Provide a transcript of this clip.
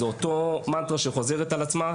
זו אותה מנטרה שחוזרת על עצמה,